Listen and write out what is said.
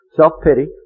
self-pity